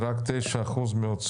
התלות שלנו במשקיעים זרים.